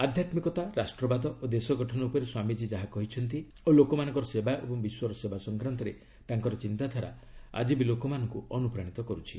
ଆଧ୍ୟାତ୍ମିକତା ରାଷ୍ଟ୍ରବାଦ ଓ ଦେଶଗଠନ ଉପରେ ସ୍ୱାମୀଜ୍ଞୀ ଯାହା କହିଛନ୍ତି ଓ ଲୋକମାନଙ୍କ ସେବା ଏବଂ ବିଶ୍ୱର ସେବା ସଂକ୍ରାନ୍ତରେ ତାଙ୍କର ଚିନ୍ତାଧାରା ଆକ୍କି ବି ଲୋକମାନଙ୍କୁ ଅନୁପ୍ରାଣିତ କରୁଛି